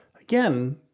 again